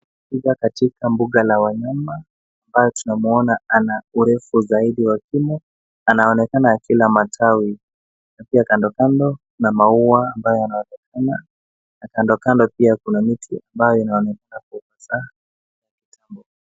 Twiga katika mbuga la wanyama ambapo tunamwona ana urefu zaidi wa kimo. Anaonekana akila matawi na pia kando kando kuna maua ambayo yanaonekana na kando kando pia kuna miti ambayo inaonekana.